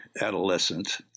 adolescent